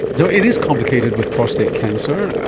so it is complicated with prostate cancer,